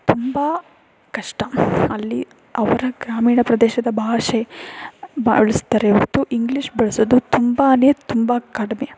ತುಂಬ ಕಷ್ಟ ಅಲ್ಲಿ ಅವರ ಗ್ರಾಮೀಣ ಪ್ರದೇಶದ ಭಾಷೆ ಬಳ್ಸ್ತಾರೆ ಹೊರತು ಇಂಗ್ಲೀಷ್ ಬಳಸೋದು ತುಂಬಾ ತುಂಬ ಕಡಿಮೆ